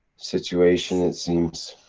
situation it seems.